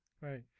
Right